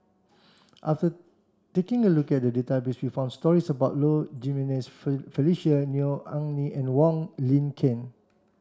after taking a look at the database we found stories about Low Jimenez Felicia Neo Anngee and Wong Lin Ken